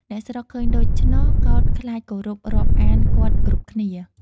អ្នកស្រុកឃើញដូច្នោះ កោតខ្លាចគោរពរាប់អានគាត់គ្រប់គ្នា។